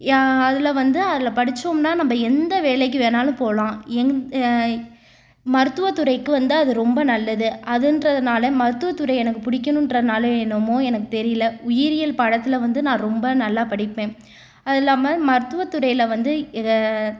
அதில் வந்து அதில் படிச்சோம்னா நம்ம எந்த வேலைக்கு வேணாலும் போகலாம் எங் மருத்துவத்துறைக்கு வந்து அது ரொம்ப நல்லது அதுன்றதுனால் மருத்துவத்துறை எனக்கு பிடிக்குனு இன்றதுனாலயோ என்னமோ எனக்கு தெரியல உயிரியல் பாடத்தில் வந்து நான் ரொம்ப நல்லா படிப்பேன் அது இல்லாமல் மருத்துவத்துறையில் வந்து